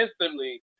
instantly